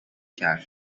کرد